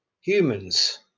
humans